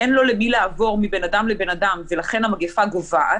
אין לו למי לעבור מבן אדם לבן אדם ולכן המגפה גוועת,